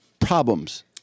problems